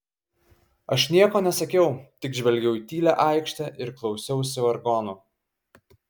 aš nieko nesakiau tik žvelgiau į tylią aikštę ir klausiausi vargonų